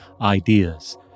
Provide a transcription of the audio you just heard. ideas